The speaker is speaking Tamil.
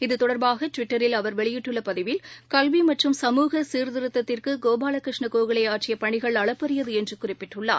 இதுதொடர்பாகடுவிட்டரில் அவர் வெளியிட்டுள்ளபதிவில் கல்விமற்றும் சீர்திருத்தத்திற்குகோபாலகிருஷ்ண கோகலேஆற்றியபணிகள் சமூக அளப்பறியதுஎன்றுகுறிப்பிட்டுள்ளார்